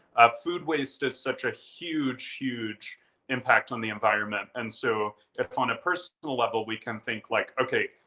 ah food waste is such a huge, huge impact on the environment. and so if on a personal level we can think like, okay,